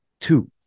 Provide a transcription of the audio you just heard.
two